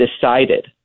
decided